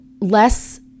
less